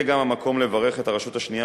זה גם המקום לברך את הרשות השנייה,